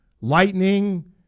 lightning